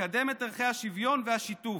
לקדם את ערכי השוויון והשיתוף",